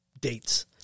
dates